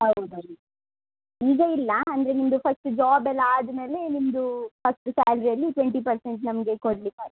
ಹೌದೌದು ಈಗ ಇಲ್ಲ ಅಂದರೆ ನಿಮ್ಮದು ಫಸ್ಟ್ ಜೋಬ್ ಎಲ್ಲ ಆದಮೇಲೆ ನಿಮ್ಮದು ಫಸ್ಟ್ ಸ್ಯಾಲ್ರಿಯಲ್ಲಿ ಟ್ವೆಂಟಿ ಪರ್ಸೆಂಟ್ ನಮಗೆ ಕೊಡ್ಲಿಕ್ಕಾಯ್ತು